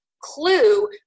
clue